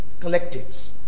collectives